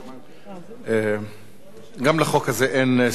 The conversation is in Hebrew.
גם לחוק הזה אין הסתייגויות ואין בקשות דיבור.